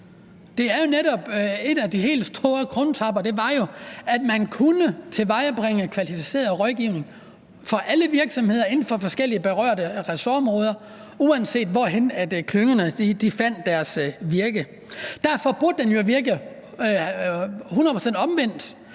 En af de helt store krumtapper var jo, at man kunne tilvejebringe kvalificeret rådgivning til alle virksomheder inden for forskellige berørte ressortområder, uanset hvorhenne klyngerne fandt deres virke. Derfor burde det jo være hundrede